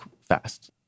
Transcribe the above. fast